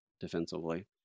defensively